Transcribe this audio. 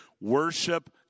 Worship